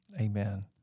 Amen